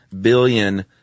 billion